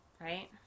Right